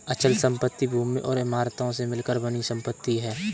अचल संपत्ति भूमि और इमारतों से मिलकर बनी संपत्ति है